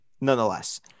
nonetheless